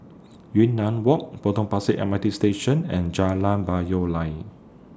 Yunnan Walk Potong Pasir M R T Station and Jalan Payoh Lai